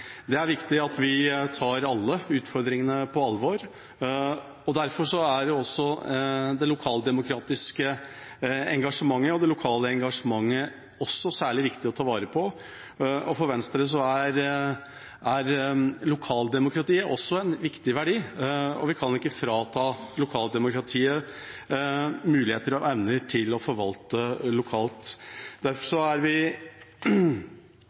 Det er viktig at vi tar alle utfordringene på alvor. Derfor er også det lokaldemokratiske og det lokale engasjementet særlig viktig å ta vare på. For Venstre er lokaldemokratiet også en viktig verdi, og vi kan ikke frata lokaldemokratiet muligheter og evnen til å forvalte lokalt. Derfor er vi